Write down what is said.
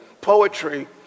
poetry